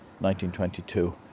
1922